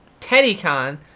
TeddyCon